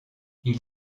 ils